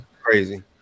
crazy